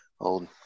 old